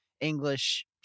English